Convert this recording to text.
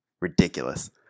ridiculous